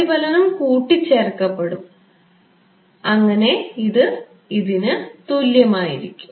പ്രതിഫലനം കൂട്ടിച്ചേർക്കപ്പെടും അങ്ങനെ ഇത് ഇതിന് തുല്യമായിരിക്കും